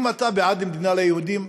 אם אתה בעד מדינה ליהודים,